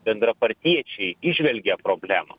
bendrapartiečiai įžvelgia problemą